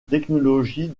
technologie